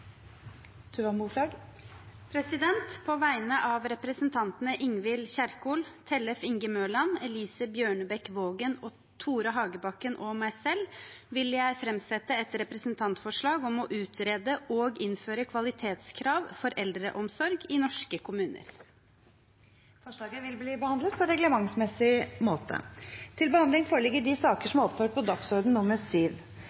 representantforslag. På vegne av representantene Ingvild Kjerkol, Tellef Inge Mørland, Elise Bjørnebekk-Waagen, Tore Hagebakken og meg selv vil jeg framsette et representantforslag om å utrede og innføre kvalitetskrav for eldreomsorg i norske kommuner. Forslaget vil bli behandlet på reglementsmessig måte. Før sakene på dagens kart tas opp til behandling,